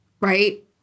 right